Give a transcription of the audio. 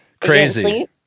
crazy